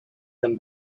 them